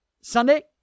Sunday